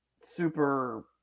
super